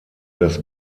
das